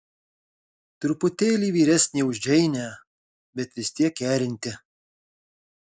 truputėlį vyresnė už džeinę bet vis tiek kerinti